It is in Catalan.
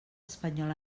espanyol